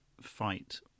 fight